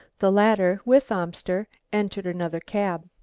the latter with amster entered another cab.